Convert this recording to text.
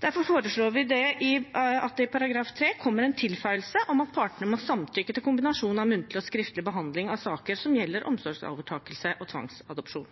Derfor foreslår vi at det i § 3 kommer en tilføyelse om at partene må samtykke til kombinasjon av muntlig og skriftlig behandling av saker som gjelder omsorgsovertakelse og tvangsadopsjon.